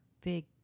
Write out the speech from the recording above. big